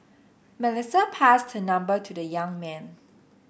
Melissa passed her number to the young man